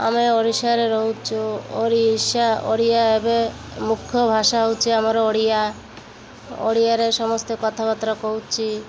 ଆମେ ଓଡ଼ିଶାରେ ରହୁଛୁ ଓଡ଼ିଶା ଓଡ଼ିଆ ଏବେ ମୁଖ୍ୟ ଭାଷା ହେଉଛି ଆମର ଓଡ଼ିଆ ଓଡ଼ିଆରେ ସମସ୍ତେ କଥାବାର୍ତ୍ତା କହୁଛି